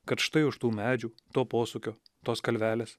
kad štai už tų medžių to posūkio tos kalvelės